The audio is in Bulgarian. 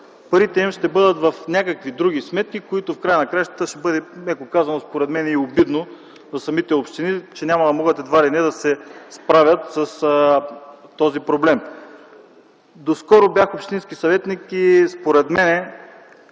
парите им ще бъдат в някакви други сметки, което в края на краищата ще бъде, меко казано, според мен и обидно за самите общини, че едва ли не няма да могат да се справят с този проблем. Доскоро бях общински съветник и според мен